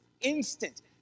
instant